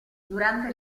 durante